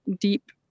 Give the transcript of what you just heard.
deep